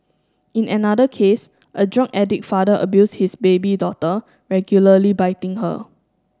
in another case a drug addict father abused his baby daughter regularly biting her